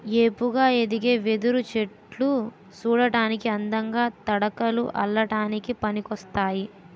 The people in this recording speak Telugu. ఏపుగా ఎదిగే వెదురు చెట్టులు సూడటానికి అందంగా, తడకలు అల్లడానికి పనికోస్తాయి